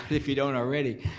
if you don't already.